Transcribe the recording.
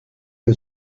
que